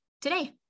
today